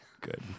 Good